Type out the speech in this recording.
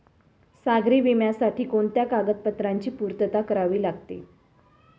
सागरी विम्यासाठी कोणत्या कागदपत्रांची पूर्तता करावी लागते?